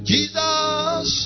Jesus